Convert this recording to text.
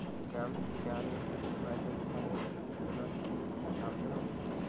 ড্রামসিডারের মাধ্যমে ধানের বীজ বোনা কি লাভজনক?